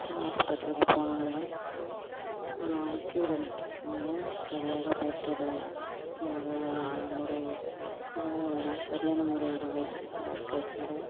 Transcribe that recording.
சில ஹாஸ்பெட்டலுக்கு போனாலும் கீயூவில் நிற்க விட்றாங்க சரியான பெட்டு இல்லை சரியான முறையில் சரியான முறையில் வைத்தியம் பார்க்கிறது இல்லை